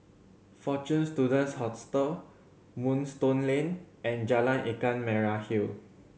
Fortune Students Hostel Moonstone Lane and Jalan Ikan Merah Hill